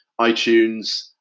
iTunes